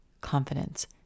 confidence